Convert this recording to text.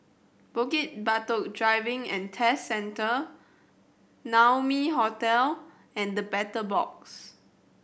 Bukit Batok Driving and Test Centre Naumi Hotel and The Battle Box